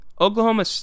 Oklahoma